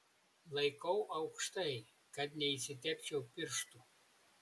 laikau aukštai kad neišsitepčiau pirštų